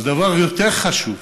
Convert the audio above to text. אבל דבר יותר חשוב,